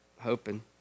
hoping